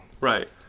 Right